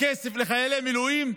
הכסף לחיילי מילואים?